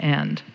end